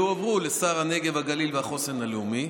יועברו לשר הנגב, הגליל והחוסן הלאומי,